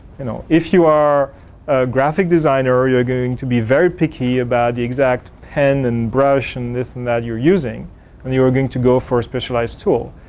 you know. if you are a graphic designer or you're going to be very picky about the exact pen and brush and this and that you're using when you are going to go for a specialized tool.